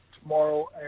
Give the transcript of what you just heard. tomorrow